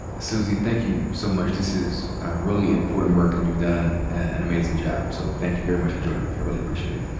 suzy, thank you so much. this is really important work, and you've done an amazing job, so thank you very much for joining me, i really specific it.